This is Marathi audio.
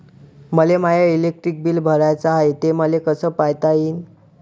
मले माय इलेक्ट्रिक बिल भराचं हाय, ते मले कस पायता येईन?